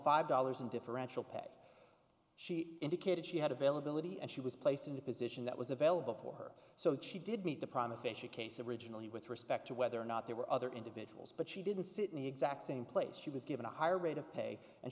five dollars in differential pay she indicated she had availability and she was placed in a position that was available for her so that she did meet the promise fish a case of originally with respect to whether or not there were other individuals but she didn't sit in the exact same place she was given a higher rate of pay and